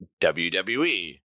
WWE